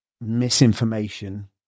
misinformation